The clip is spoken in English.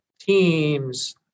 Teams